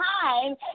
time